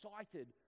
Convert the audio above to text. excited